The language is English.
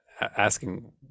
asking